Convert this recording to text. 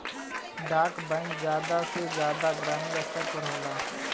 डाक बैंक जादा से जादा ग्रामीन स्तर पर होला